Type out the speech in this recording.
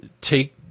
take